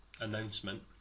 announcement